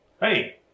Hey